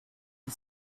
and